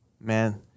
Man